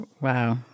Wow